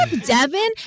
Devin